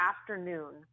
afternoon